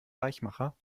weichmacher